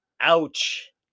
Ouch